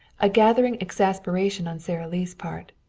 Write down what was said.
a gathering exasperation on sara lee's part.